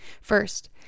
First